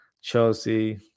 Chelsea